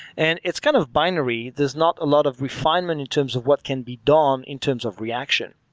and it's kind of binary. there's not a lot of refinement in terms of what can be done in terms of reaction.